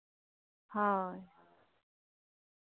ᱦᱳᱭ